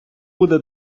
буде